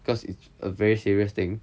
cause it's a very serious thing